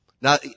Now